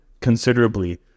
considerably